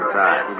time